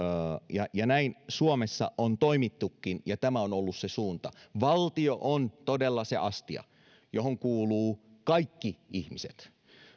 ja ja näin suomessa on toimittukin ja tämä on ollut se suunta valtio on todella se astia johon kuuluu kaikki ihmiset